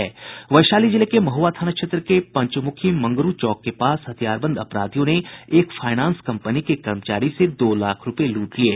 वैशाली जिले के महुआ थाना क्षेत्र के पंचमुखी मंगरू चौक के पास हथियारबंद अपराधियों ने एक फाइनेंस कम्पनी के कर्मचारी से दो लाख रूपये लूट लिये